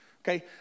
Okay